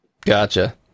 Gotcha